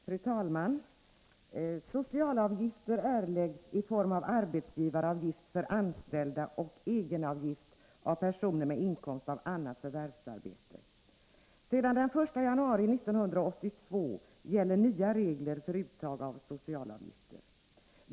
Fru talman! Socialavgifter erläggs i form av arbetsgivaravgift för anställda och egenavgift för personer med inkomst av annat förvärvsarbete. Sedan den 1 januari 1982 gäller nya regler för uttag av socialavgifter.